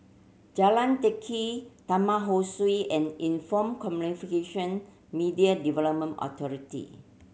Jalan Teck Kee Taman Ho Swee and Info Media Development Authority